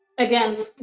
Again